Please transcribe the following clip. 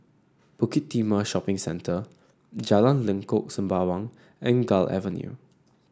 Bukit Timah Shopping Centre Jalan Lengkok Sembawang and Gul Avenue